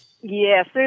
Yes